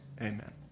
amen